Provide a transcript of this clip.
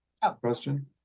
Question